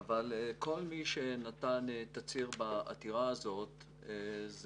אבל כל מי שנתן תצהיר בעתירה הזאת זה